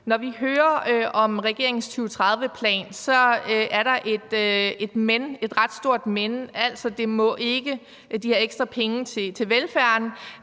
Når vi hører om regeringens 2030-plan, er der et ret stort men: De her penge til velfærden